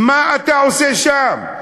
מה אתה עושה שם?